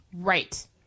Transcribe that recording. Right